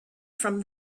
from